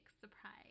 surprise